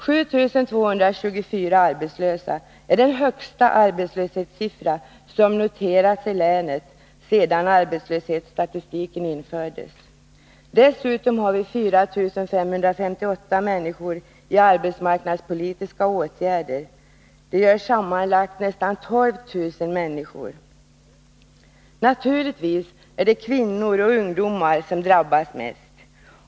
7224 arbetslösa är den högsta arbetslöshetssiffra som noterats i länet sedan arbetslöshetsstatistiken infördes. Dessutom har vi 4 558 människor i arbetsmarknadspolitiska åtgärder. Det gör sammanlagt nästan 12000 människor. Naturligtvis är det kvinnor och ungdomar som drabbas mest.